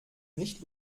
nicht